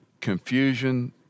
confusion